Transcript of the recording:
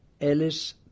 Ellis